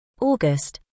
August